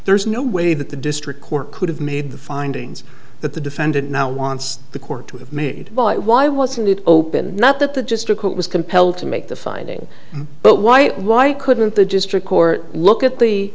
there's no way that the district court could have made the findings that the defendant now wants the court to have made but why wasn't it open not that the district was compelled to make the finding but why it why couldn't the district court look at the